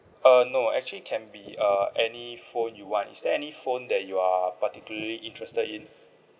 uh no actually can be uh any phone you want is there any phone that you are particularly interested in